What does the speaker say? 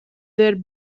their